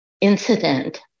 incident